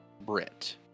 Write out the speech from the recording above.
BRIT